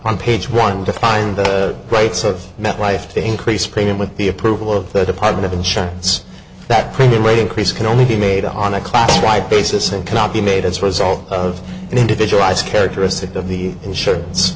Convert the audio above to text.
on page one defines the rights of metlife to increase premium with the approval of the department of insurance that premium rate increase can only be made on a class right basis and cannot be made as a result of an individualized characteristic of the insurance